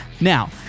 Now